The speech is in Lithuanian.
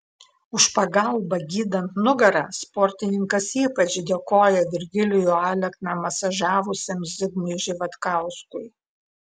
už pagalbą gydant nugarą sportininkas ypač dėkoja virgilijų alekną masažavusiam zigmui živatkauskui